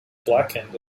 blackened